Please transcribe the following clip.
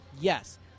Yes